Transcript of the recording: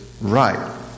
right